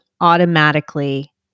automatically